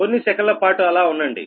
కొన్ని సెకన్లపాటు అలా ఉండండి